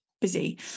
busy